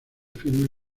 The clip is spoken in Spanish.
filme